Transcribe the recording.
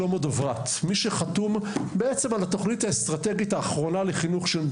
שלמה דוברת מי שחתום על התוכנית הלאומית לחינוך,